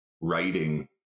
writing